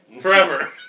Forever